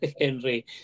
Henry